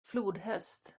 flodhäst